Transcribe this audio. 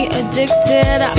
addicted